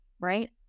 right